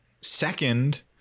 Second